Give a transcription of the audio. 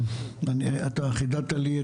אתה חידדת לי,